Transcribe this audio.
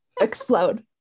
explode